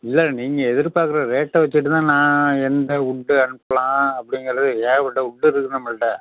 இல்லை நீங்கள் எதிர்பார்க்குற ரேட்டை வச்சுகிட்டு தான் நான் எந்த உட்டு அனுப்பலாம் அப்படிங்கறது ஏகப்பட்ட உட்டு இருக்குது நம்மள்ட்ட